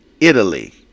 Italy